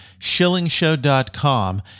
shillingshow.com